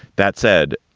that said,